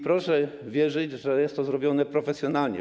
Proszę mi wierzyć, że jest to robione profesjonalnie.